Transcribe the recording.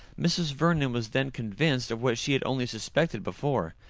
mrs. vernon was then convinced of what she had only suspected before,